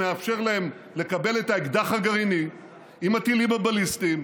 שמאפשר להם לקבל את האקדח הגרעיני עם הטילים הבליסטיים,